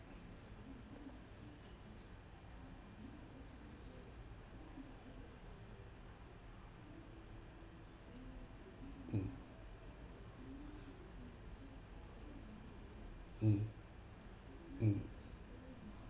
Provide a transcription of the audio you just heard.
mm mm mm